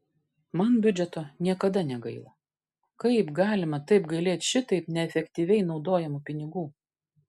man biudžeto niekada negaila kaip galima taip gailėti šitaip neefektyviai naudojamų pinigų